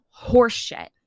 horseshit